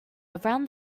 around